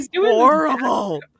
horrible